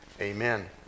Amen